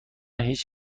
هیچ